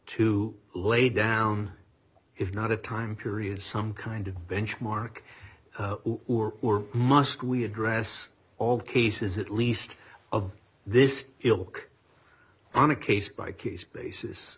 to lay down if not a time period some kind of benchmark or were must we address all cases at least of this ilk on a case by case basis